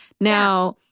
Now